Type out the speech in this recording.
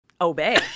obey